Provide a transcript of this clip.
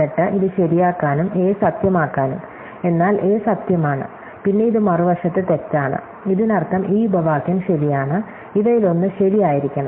എന്നിട്ട് ഇത് ശരിയാക്കാനും a സത്യമാക്കാനും എന്നാൽ a സത്യമാണ് പിന്നെ ഇത് മറുവശത്ത് തെറ്റാണ് ഇതിനർത്ഥം ഈ ഉപവാക്യം ശരിയാണ് ഇവയിലൊന്ന് ശരിയായിരിക്കണം